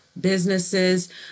businesses